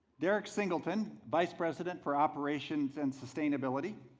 derrick singleton vice president for operations and sustainability,